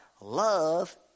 love